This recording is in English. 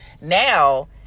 now